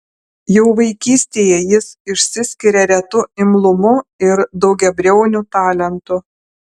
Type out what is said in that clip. jau vaikystėje jis išsiskiria retu imlumu ir daugiabriauniu talentu